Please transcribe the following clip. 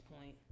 point